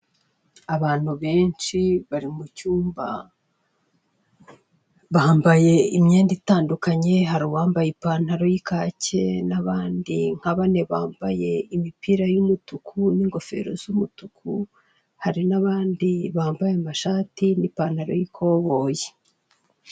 Abantu benshi bari mu cyumba. Bambaye imyenda itandukanye, hari uwambaye ipantaro y'ikake, n'abandi nka bane bambaye imipira y'umutuku n'ingofero z'umutuku, hari n'abandi bambaye amashati n'ipantaro y'ikoboyi.